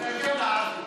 עופר, תרגם לערבית.